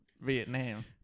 Vietnam